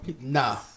Nah